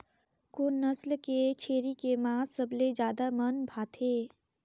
कोन नस्ल के छेरी के मांस सबले ज्यादा मन भाथे?